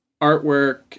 artwork